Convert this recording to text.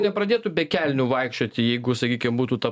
nepradėtų be kelnių vaikščioti jeigu sakykim būtų ta